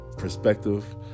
perspective